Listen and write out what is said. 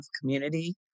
community